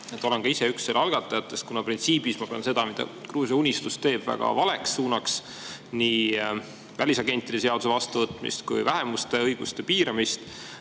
Olen ka ise üks selle algatajatest, kuna printsiibis ma pean seda, mida Gruusia Unistus teeb, väga valeks suunaks: nii välisagentide seaduse vastuvõtmist kui ka vähemuste õiguste piiramist.